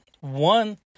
one